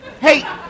Hey